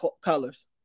colors